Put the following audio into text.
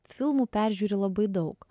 filmų peržiūri labai daug